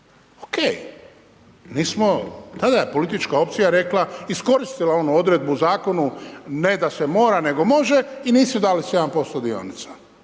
OK. Nismo, tada je politička opcija rekla, iskoristila onu odredbu u Zakonu ne da se mora, nego može i nisu dali 7% dionica.